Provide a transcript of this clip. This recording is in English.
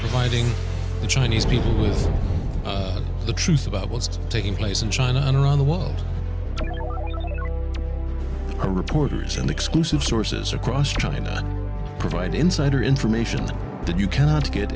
fighting the chinese people with the truth about what's taking place in china and around the world are reporters and exclusive sources across china provide insider information that you cannot get